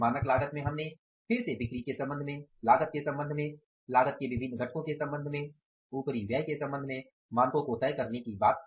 मानक लागत में हमने फिर से बिक्री के संबंध में लागत के संबंध में लागत के विभिन्न घटकों के संबंध में उपरिव्यय के संबंध में मानको को तय करने की बात की